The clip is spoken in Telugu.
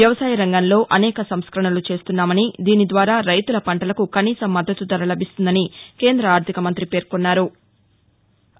వ్యవసాయ రంగంలో అనేక సంస్కరణలు చేస్తున్నామని దీని ద్వారా రైతుల పంటలకు కనీస మద్దతు ధర లభిస్తుందని కేంద్ర ఆర్థికమంతి పేర్కొన్నారు